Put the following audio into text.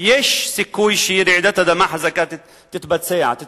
יש סיכוי שתהיה רעידת אדמה חזקה, שתתממש.